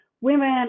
women